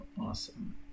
Awesome